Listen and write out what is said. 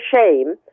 shame